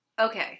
Okay